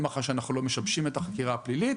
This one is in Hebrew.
מח"ש שאנחנו לא משבשים את החקירה הפלילית,